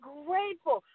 grateful